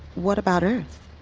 what about earth?